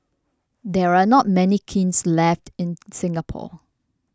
there are not many kilns left in Singapore